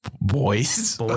Boys